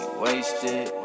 wasted